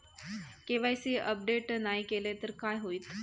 KYC update नाय केलय तर काय होईत?